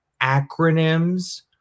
acronyms